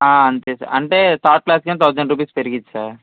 అంతే అంటే sir third క్లాసుకి థౌసండ్ పెరిగిద్ది సార్